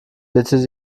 bitte